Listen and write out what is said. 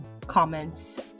comments